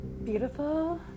beautiful